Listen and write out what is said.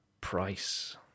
price